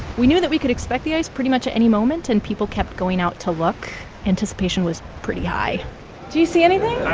we knew that we could expect the ice pretty much at any moment, and people kept going out to look. anticipation was pretty high do you see anything? i